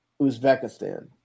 Uzbekistan